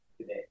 today